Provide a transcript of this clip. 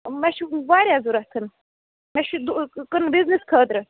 مےٚ چھُ واریاہ ضوٚرَتھ مےٚ چھُ دُ کٕ بِزنِس خٲطرٕ